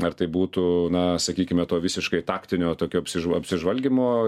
ar tai būtų na sakykime to visiškai taktinio tokio apsižva apsižvalgymo